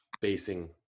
basing